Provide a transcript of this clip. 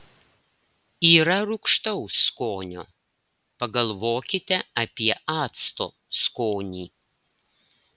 yra rūgštaus skonio pagalvokite apie acto skonį